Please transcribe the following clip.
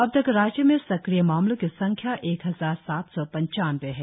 अब तक राज्य में सक्रिय मामलों की संख्या एक हजार सात सौ पंचानबे है